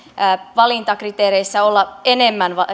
valintakriteereissä olla enemmän